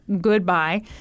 goodbye